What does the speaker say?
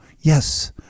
Yes